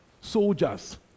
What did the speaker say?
soldiers